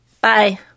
Bye